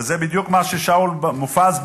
וזה בדיוק מה ששאול מופז,